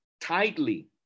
tightly